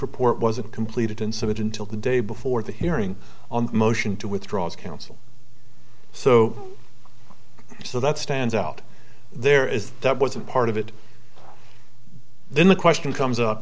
report wasn't completed and so it until the day before the hearing on the motion to withdraw his counsel so so that stands out there is that wasn't part of it then the question comes up